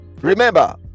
remember